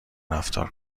رفتار